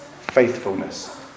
faithfulness